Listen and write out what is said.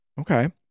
okay